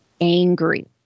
angry